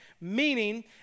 meaning